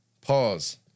Pause